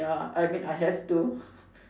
ya I mean I have to